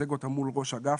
ייצג אותם מול ראש האגף,